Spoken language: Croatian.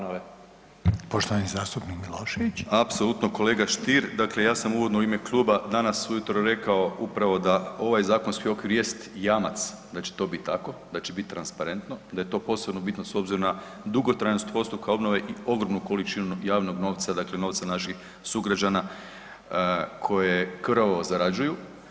Apsolutno kolega Stier, dakle ja sam uvodno u ime kluba danas ujutro rekao upravo da ovaj zakonski okvir jest jamac da će to biti tako, da će biti transparentno, da je to posebno bitno s obzirom na dugotrajnost postupka obnove i ogromnu količinu javnog novca, dakle novca naših sugrađana koje krvavo zarađuju.